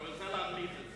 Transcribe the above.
אני רוצה להנמיך את זה.